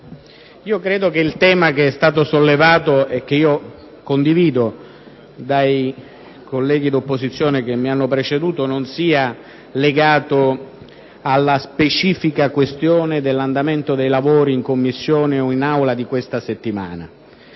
credo che il tema (che io condivido) sollevato dai colleghi dell'opposizione che mi hanno preceduto non sia legato alla specifica questione dell'andamento dei lavori in Commissione o in Aula questa settimana.